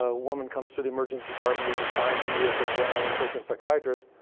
ah woman comes to the emergency department, is assigned to me as a general in-patient psychiatrist,